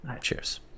Cheers